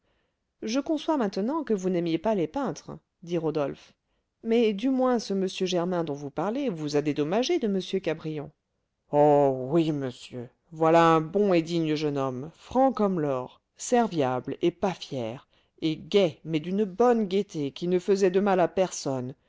je conçois maintenant que vous n'aimiez pas les peintres dit rodolphe mais du moins ce m germain dont vous parlez vous a dédommagé de m cabrion oh oui monsieur voilà un bon et digne jeune homme franc comme l'or serviable et pas fier et gai mais d'une bonne gaieté qui ne faisait de mal à personne